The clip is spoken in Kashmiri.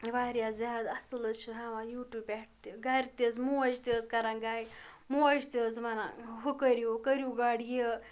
واریاہ زیادٕ اَصٕل حظ چھِ ہاوان یوٗٹوٗب پٮ۪ٹھ تہِ گَرِ تہِ حظ موج تہِ حظ کَران گَر موج تہِ حظ وَنان ہُہ کٔرِو کٔرِو گۄڈٕ یہِ